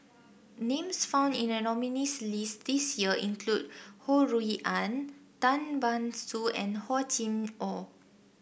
names found in the nominees' list this year include Ho Rui An Tan Ban Soon and Hor Chim Or